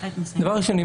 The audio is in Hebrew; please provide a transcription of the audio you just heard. דבר שני,